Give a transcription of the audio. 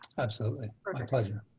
absolutely, my pleasure.